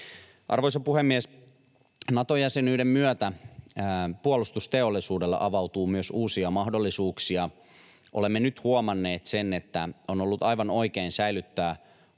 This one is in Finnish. Arvoisa puhemies! Nato-jäsenyyden myötä puolustusteollisuudelle avautuu myös uusia mahdollisuuksia. Olemme nyt huomanneet sen, että on ollut aivan oikein säilyttää